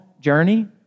journey